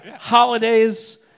Holidays